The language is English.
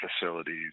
facilities